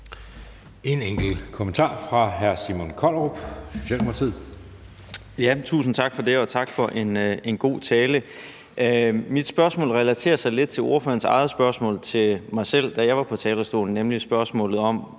Socialdemokratiet. Kl. 19:29 Simon Kollerup (S): Tusind tak for det, og tak for en god tale. Mit spørgsmål relaterer sig lidt til ordførerens eget spørgsmål til mig selv, da jeg var på talerstolen, nemlig spørgsmålet om,